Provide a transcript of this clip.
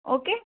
okay